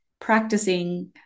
practicing